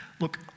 look